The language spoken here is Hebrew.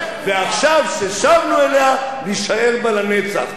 ועכשיו ששבנו אליה נישאר בה לנצח.